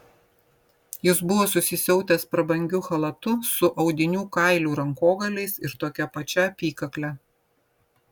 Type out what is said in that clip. jis buvo susisiautęs prabangiu chalatu su audinių kailių rankogaliais ir tokia pačia apykakle